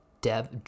Dev